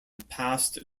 past